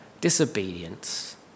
disobedience